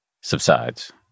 subsides